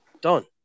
Done